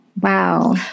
Wow